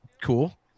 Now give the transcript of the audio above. cool